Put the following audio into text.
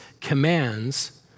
commands